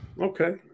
Okay